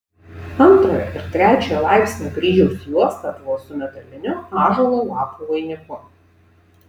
antrojo ir trečiojo laipsnio kryžiaus juosta buvo su metaliniu ąžuolo lapų vainiku